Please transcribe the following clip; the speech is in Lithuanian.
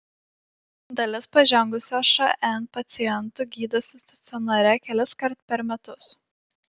dalis pažengusio šn pacientų gydosi stacionare keliskart per metus